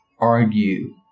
argue